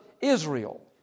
Israel